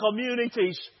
communities